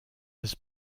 his